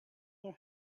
were